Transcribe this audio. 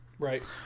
Right